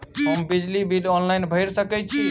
हम बिजली bill online भैर सकै छी?